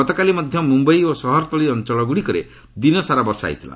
ଗତକାଲି ମଧ୍ୟ ମୁମ୍ୟାଇ ଓ ସହରତଳି ଅଞ୍ଚଳଗୁଡ଼ିକରେ ଦିନସାରା ବର୍ଷା ହୋଇଥିଲା